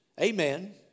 Amen